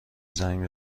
زنگ